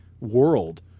world